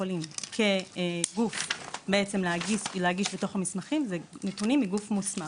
יכולים כגוף בעצם להגיש לתוך המסמכים אלו נתונים מגוף מוסמך,